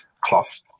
cloth